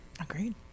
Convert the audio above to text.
Agreed